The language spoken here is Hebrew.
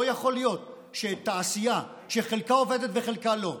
לא יכול להיות שתעשייה, שחלקה עובדת וחלקה לא,